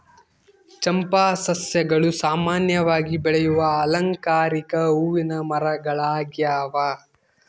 ಚಂಪಾ ಸಸ್ಯಗಳು ಸಾಮಾನ್ಯವಾಗಿ ಬೆಳೆಯುವ ಅಲಂಕಾರಿಕ ಹೂವಿನ ಮರಗಳಾಗ್ಯವ